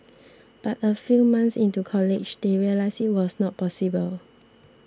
but a few months into college they realised it was not possible